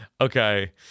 Okay